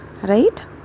Right